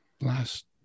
last